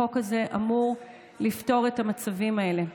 החוק הזה אמור לפתור את המצבים האלה.